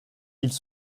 ils